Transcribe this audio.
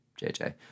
JJ